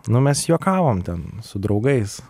nu mes juokavom ten su draugais